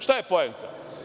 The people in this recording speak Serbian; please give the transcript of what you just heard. Šta je poenta?